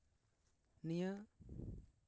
ᱱᱤᱭᱟᱹ